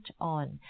on